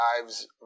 Lives